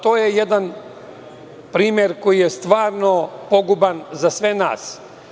To je jedan primer koji je stvarno poguban za sve nas.